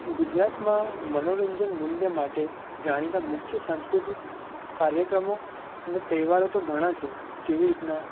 ગુજરાતમાં મનોરંજન મૂલ્ય માટે જાણીતા મુખ્ય સાંસ્કૃતિક કાર્યક્રમો અને તહેવારો તો ઘણા છે જેવી રીતના